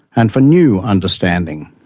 and for new understanding.